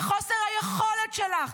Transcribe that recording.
וחוסר היכולת שלך,